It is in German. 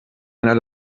einer